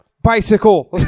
Bicycle